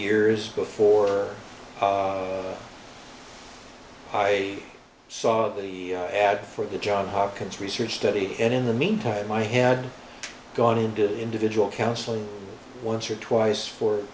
years before i saw the ad for the john hopkins research study and in the meantime i had gone and did individual counseling once or twice for